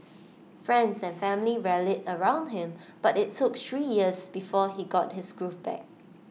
friends and family rallied around him but IT took three years before he got his groove back